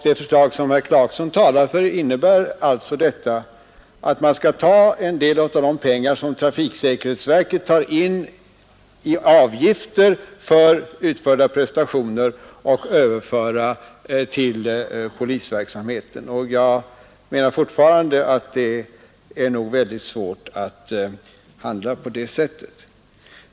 Det förslag som herr Clarkson talar för innebär alltså, att man skall ta en del av de pengar som trafiksäkerhetsverket får in i avgifter för utförda prestationer och föra över dem till polisverksamheten. Jag menar fortfarande att det är mycket svårt att handla på det sättet.